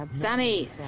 Danny